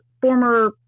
former